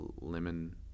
lemon